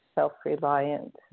self-reliant